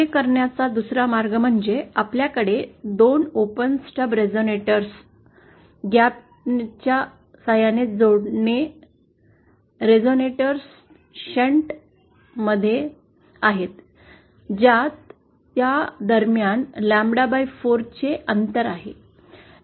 असे करण्याचा दुसरा मार्ग म्हणजे आपल्याकडे दोन ओपन स्टब रेझोनेटर्स ग्याप नेाच्या जोडीने रेझोनेटर्स शंट मध्ये आहेत ज्यात त्या दरम्यान लॅम्बडा 4 चे ग्याप ने आहे